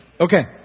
Okay